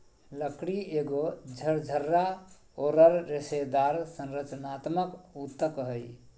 लकड़ी एगो झरझरा औरर रेशेदार संरचनात्मक ऊतक हइ